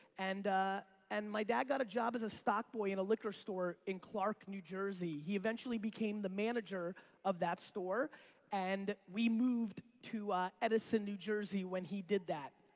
and and my dad got a job as a stock boy in a liquor store in clark, new jersey. he eventually became the manager of that store and we moved to edison, new jersey when he did that.